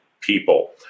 people